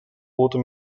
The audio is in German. oder